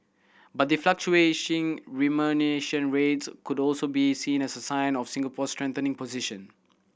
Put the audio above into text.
but the fluctuation remuneration rates could also be seen as a sign of Singapore's strengthening position